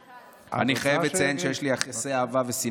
אני חייבת לציין שיש לי יחסי אהבה ושנאה עם פייסבוק.